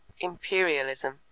imperialism